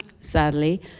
sadly